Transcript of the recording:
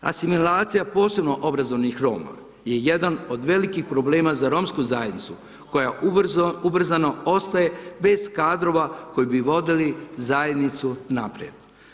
Asimilacija posebno obrazovanih Roma je jedan od velikih problema za romsku zajednicu, koja ubrzano ostaje bez kadrova koji bi vodili zajednicu naprijed.